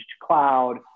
cloud